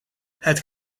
het